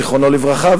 זיכרונו לברכה,